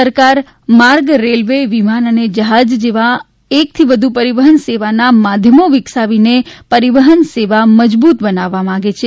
સરકાર માર્ગ રેલવે વિમાન અને જહાજ જેવા એકથી વધુ પરિવહન સેવાના માધ્યમો વિકસાવીને પરિવહન સેવા મજબૂત બનાવા માંગે છે